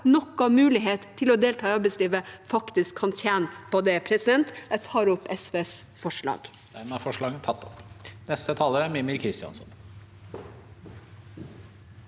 har en mulighet til å delta i arbeidslivet, faktisk kan tjene på det. Jeg tar opp forslaget